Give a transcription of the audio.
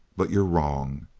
but you're wrong.